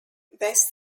west